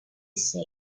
said